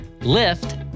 lift